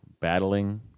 battling